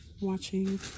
watching